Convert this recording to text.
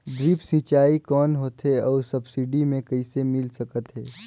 Drip सिंचाई कौन होथे अउ सब्सिडी मे कइसे मिल सकत हे?